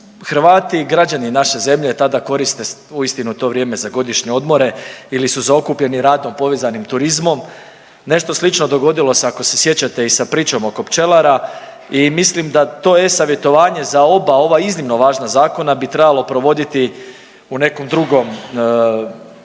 Hrvati i građani naše zemlje tada koriste uistinu to vrijeme za godišnje odmore ili su zaokupljeni radom povezanim turizmom. Nešto slično dogodilo se ako se sjećate i sa pričom oko pčelara i mislim da to e-savjetovanje za oba ova iznimno važna zakona bi trebalo provoditi u nekom drugom vremenskom